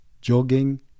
jogging